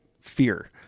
fear